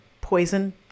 poison